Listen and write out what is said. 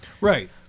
right